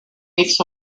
meets